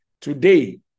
Today